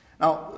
Now